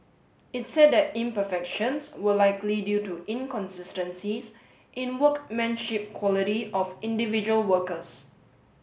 it said that imperfections were likely due to inconsistencies in workmanship quality of individual workers